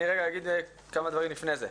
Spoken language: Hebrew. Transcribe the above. אגיד כמה דברים לפני זה.